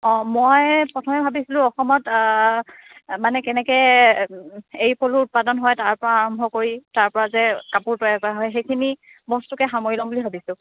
অঁ মই প্ৰথমে ভাবিছিলোঁ অসমত মানে কেনেকৈ এৰীপলু উৎপাদন হয় তাৰপৰা আৰম্ভ কৰি তাৰপৰা যে কাপোৰ তৈয়াৰ কৰা হয় সেইখিনি বস্তুকে সামৰি ল'ম বুলি ভাবিছোঁ